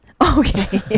okay